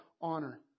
honor